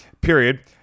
Period